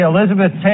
Elizabeth